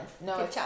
No